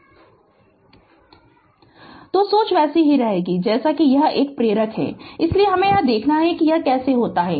Refer Slide Time 0638 तो सोच वैसी ही रहेगा जैसा कि यह प्रेरक है इसलिए हमें यह देखना है कि यह कैसे होता है